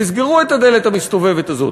תסגרו את הדלת המסתובבת הזאת,